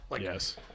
Yes